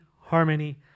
harmony